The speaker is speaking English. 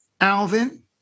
Alvin